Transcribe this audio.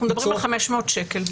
אנחנו מדברים על 500 שקל.